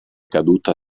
caduta